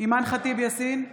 אימאן ח'טיב יאסין,